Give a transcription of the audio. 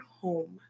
home